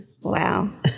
Wow